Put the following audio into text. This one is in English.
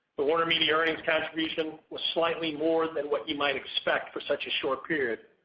the warnermedia earnings contribution was slightly more than what you might expect for such a short period.